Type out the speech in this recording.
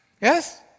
Yes